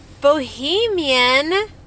Bohemian